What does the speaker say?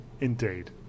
Indeed